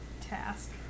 task